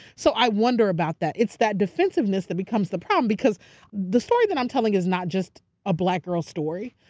so i wonder about that, it's that defensiveness that becomes the problem because the story that i'm telling is not just a black girl's story.